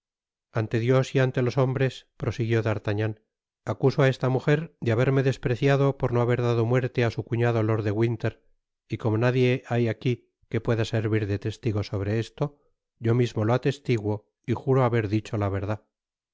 ante dios y ante los hombres prosiguió d'artagnan acuso á esta mujer de haberme despreciado por no haber dado muerte á su cufiado lord de winter y como nadie hay aqui que pueda servir de testigo sobre esto yo mismo lo atestiguo y juro haber dicho la verdad